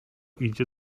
idzie